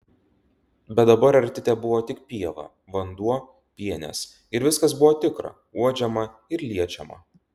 bet dabar arti tebuvo tik pieva vanduo pienės ir viskas buvo tikra uodžiama ir liečiama